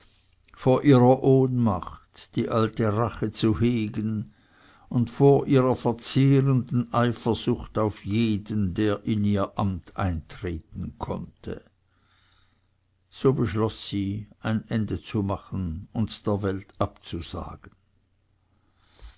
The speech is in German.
vor ihrer ohnmacht die alte rache zu hegen und vor ihrer verzehrenden eifersucht auf jeden der in ihr amt eintreten konnte so beschloß sie ein ende zu machen und der welt abzusagen